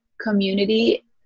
community